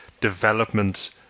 development